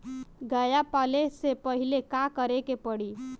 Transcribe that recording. गया पाले से पहिले का करे के पारी?